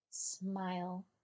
Smile